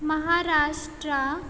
Maharashtra